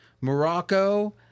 Morocco